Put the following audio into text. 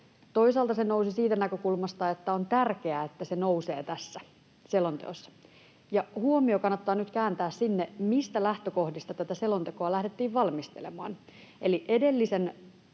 Toisaalta se nousi siitä näkökulmasta, että on tärkeää, että se nousee tässä selonteossa. Huomio kannattaa nyt kääntää sinne, mistä lähtökohdista tätä selontekoa lähdettiin valmistelemaan.